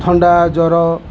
ଥଣ୍ଡା ଜ୍ୱର